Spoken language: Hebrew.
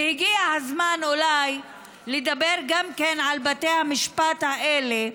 ואולי הגיע הזמן לדבר גם על בתי המשפט האלה,